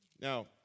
Now